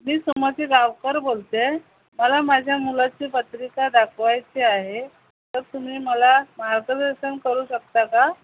मी सुमती गावकर बोलते आहे मला माझ्या मुलाची पत्रिका दाखवायची आहे तर तुम्ही मला मार्गदर्शन करू शकता का